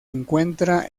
encuentra